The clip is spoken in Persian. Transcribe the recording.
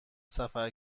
سفر